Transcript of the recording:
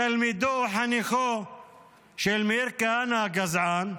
תלמידו-חניכו של מאיר כהנא הגזען,